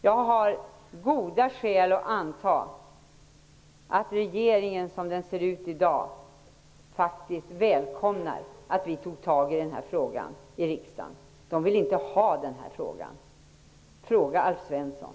Jag har goda skäl att anta att regeringen, som den ser ut i dag, faktiskt välkomnar att vi tog itu med frågan i riksdagen. Den vill inte ha med den här frågan att göra. Fråga Alf Svensson!